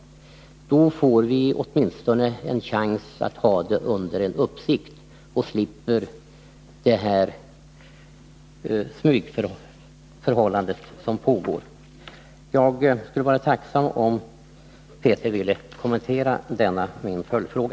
Då får vi åtminstone en chans att ha det under uppsikt och slipper det smygande som nu pågår. Jag skulle vara tacksam om Carl Axel Petri ville kommentera denna min följdfråga.